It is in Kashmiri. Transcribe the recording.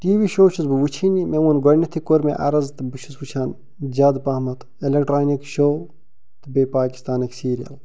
ٹی وی شو چھُس بہٕ وٕچھٲنی مےٚ ووٚن گۄڈنیتھٕے کوٚر مےٚ عرض تہٕ بہٕ چھُس وٕچھان زیادٕ پہمتھ ایٚلیکٹرانک شو تہٕ بیٚیہِ پاکِستانٕکۍ سیٖرِیل